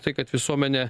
tai kad visuomenė